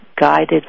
guided